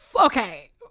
Okay